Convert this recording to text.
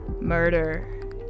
murder